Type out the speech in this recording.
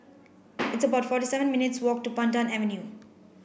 it's about forty seven minutes' walk to Pandan Avenue